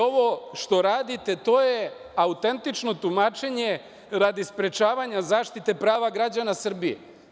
Ovo što radite, to je autentično tumačenje radi sprečavanja zaštite prava građana Srbije.